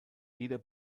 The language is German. jeder